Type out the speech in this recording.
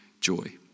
joy